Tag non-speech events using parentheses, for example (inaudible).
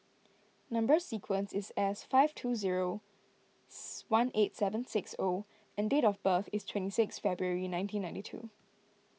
Number Sequence is S five two zero (noise) one eight seven six O and date of birth is twenty six February nineteen ninety two